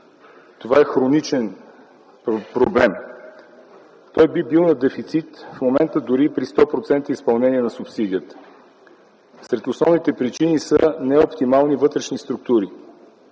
това е хроничен проблем. Той би бил на дефицит в момента дори и при 100% изпълнение на субсидията. Сред основните причини са неоптимални вътрешни структури,